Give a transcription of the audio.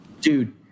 Dude